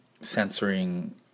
censoring